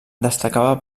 destacava